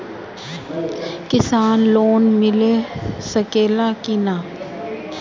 किसान लोन मिल सकेला कि न?